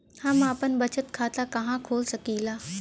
हम आपन बचत खाता कहा खोल सकीला?